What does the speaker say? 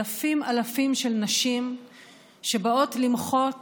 אלפים אלפים של נשים באות למחות